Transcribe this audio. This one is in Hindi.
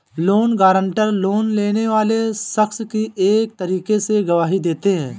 लोन गारंटर, लोन लेने वाले शख्स की एक तरीके से गवाही देते हैं